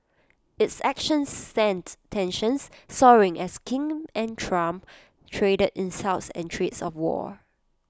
its actions sent tensions soaring as Kim and Trump traded insults and threats of war